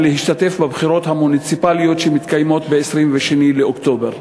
להשתתף בבחירות המוניציפליות שמתקיימות ב-22 באוקטובר.